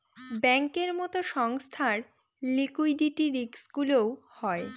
ব্যাঙ্কের মতো সংস্থার লিকুইডিটি রিস্কগুলোও হয়